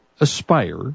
Aspire